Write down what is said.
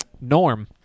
norm